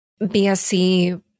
BSC